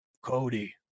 Cody